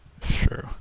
True